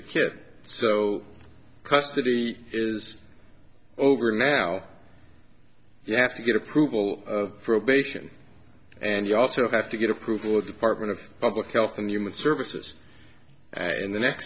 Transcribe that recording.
the kid so custody is over now you have to get approval of probation and you also have to get approval of department of public health and human services and the next